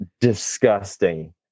disgusting